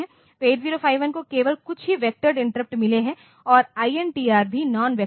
तो 8051 को केवल कुछ ही वेक्टोरेड इंटरप्ट मिले थे और INTR सभी नॉन वैक्टर हैं